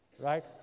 right